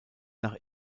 nach